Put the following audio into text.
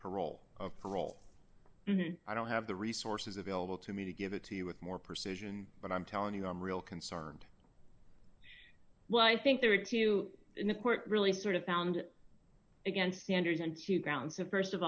parole of parole i don't have the resources available to me to give it to you with more precision but i'm telling you i'm real concerned well i think there are two in the court really sort of found against sanders and two counts of st of